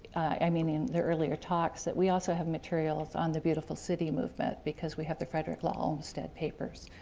i mean in the earlier talks, that we also have materials on the beautiful city movement because we have the fredrick law olmsted papers,